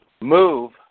move